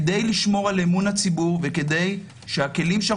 כדי לשמור על אמון הציבור וכדי שהכלים שאנחנו